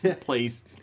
Please